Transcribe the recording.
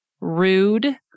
rude